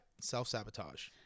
self-sabotage